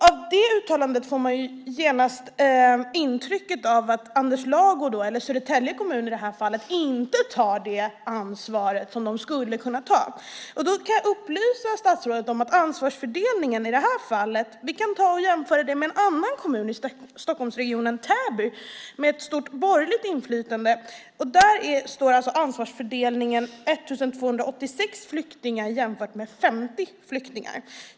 Av det uttalandet får man genast intrycket att Anders Lago och Södertälje kommun inte tar det ansvar som de skulle kunna ta. Jag kan upplysa statsrådet om ansvarsfördelningen i det här fallet. Vi kan jämföra med en annan kommun i Stockholmsregionen, Täby, med ett stort borgerligt inflytande. Ansvarsfördelningen är 1 286 flyktingar jämfört med 50 flyktingar.